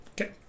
Okay